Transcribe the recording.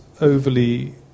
overly